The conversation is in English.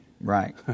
Right